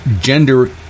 gender